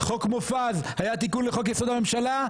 חוק מופז היה תיקון לחוק יסוד הממשלה,